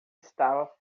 estava